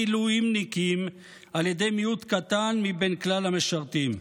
המילואימניקים על ידי מיעוט קטן מבין כלל המשרתים.